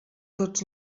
tots